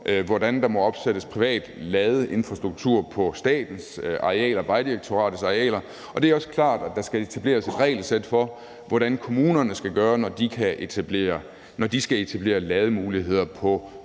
hvordan der må opsættes privat ladeinfrastruktur på statens og Vejdirektoratets arealer. Det er også klart, at der skal etableres et regelsæt for, hvad kommunerne skal gøre, når de skal etablere lademuligheder på